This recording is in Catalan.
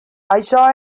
això